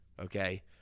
Okay